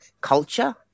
culture